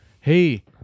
hey